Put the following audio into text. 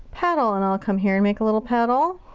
petal. and i'll come here and make a little petal.